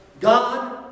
God